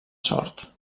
sort